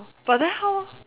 but then how